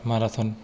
marathon